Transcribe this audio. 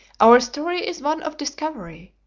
our story is one of discovery,